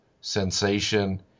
sensation